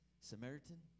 Samaritan